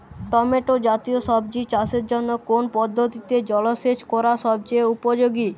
Tomato জাতীয় সবজি চাষের জন্য কোন পদ্ধতিতে জলসেচ করা সবচেয়ে উপযোগী?